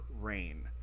rain